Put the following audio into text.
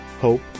hope